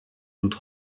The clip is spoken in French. doute